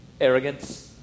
Arrogance